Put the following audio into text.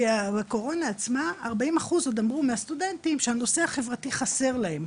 בקורונה עצמה ארבעים אחוז מהסטודנטים אמרו שהנושא החברתי חסר להם,